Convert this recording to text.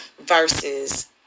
versus